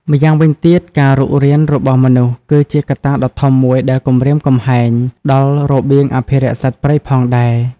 ម្យ៉ាងវិញទៀតការរុករានរបស់មនុស្សគឺជាកត្តាដ៏ធំមួយដែលគំរាមកំហែងដល់របៀងអភិរក្សសត្វព្រៃផងដែរ។